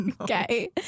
Okay